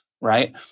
right